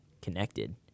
connected